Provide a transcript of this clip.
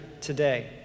today